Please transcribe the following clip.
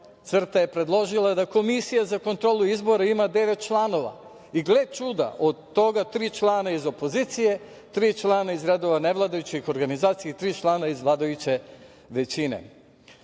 CRTA je predložila da Komisija za kontrolu izbora ima devet članova i, gle čuda, od toga tri člana iz opozicije, tri člana iz redova nevladajućih organizacija i tri člana iz vladajuće